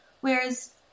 Whereas